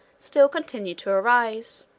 still continued to arise.